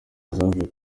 zavuye